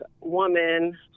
woman